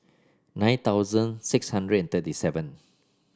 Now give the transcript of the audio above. nine thousand six hundred and thirty seven